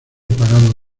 apagado